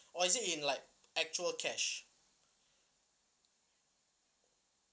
or is it in like actual cash